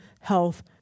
health